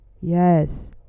Yes